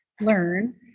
learn